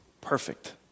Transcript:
perfect